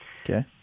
Okay